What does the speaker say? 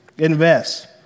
Invest